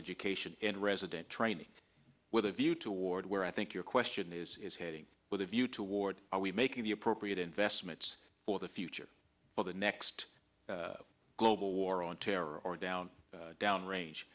education in resident training with a view toward where i think your question is is heading with a view toward are we making the appropriate investments for the future for the next global war on terror or down downrange